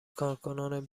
کارکنان